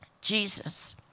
Jesus